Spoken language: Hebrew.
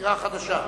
בחירה חדשה.